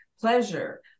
pleasure